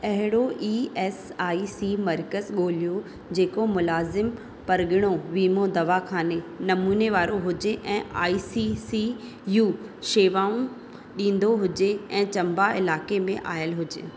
अहिड़ो E S I C मर्कज़ु ॻोल्हियो जेको मुलाज़िम परगि॒णो वीमो दवाख़ाने नमूने वारो हुजे ऐं आई सी सी यू शेवाऊं ॾींदो हुजे ऐं चम्बा इलाइक़े में आयल हुजे